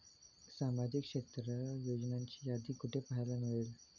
सामाजिक क्षेत्र योजनांची यादी कुठे पाहायला मिळेल?